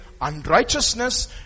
unrighteousness